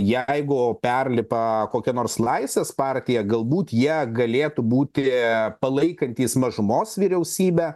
jeigu perlipa kokia nors laisvės partija galbūt jie galėtų būti palaikantys mažumos vyriausybę